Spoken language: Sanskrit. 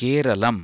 केरलम्